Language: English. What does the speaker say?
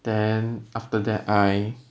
then after that I